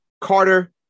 Carter